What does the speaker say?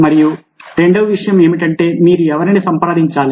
మరియు రెండవ విషయం ఏమిటంటే మీరు ఎవరిని సంప్రదించాలి